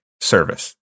service